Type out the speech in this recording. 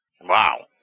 Wow